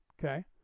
Okay